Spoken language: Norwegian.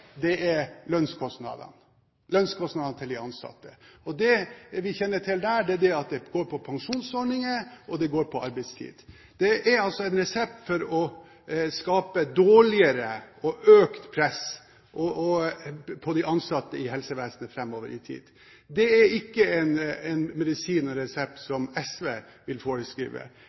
det, er at konkurranseutsetting og anbud handler om å presse prisene ned. De kostnadene som skal presses ned, er lønnskostnadene, lønnskostnadene til de ansatte. Det vi kjenner til der, er at det går på pensjonsordninger og på arbeidstid. Det er altså en resept som skaper dårligere forhold og økt press på de ansatte i helsevesenet framover. Det er ikke en medisin og resept som SV vil